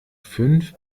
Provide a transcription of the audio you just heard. fünf